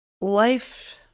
Life